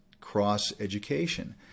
cross-education